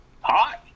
Hi